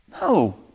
No